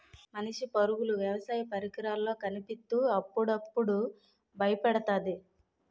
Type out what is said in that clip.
మనిషి పరుగులు వ్యవసాయ పరికరాల్లో కనిపిత్తు అప్పుడప్పుడు బయపెడతాది